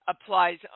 applies